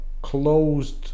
closed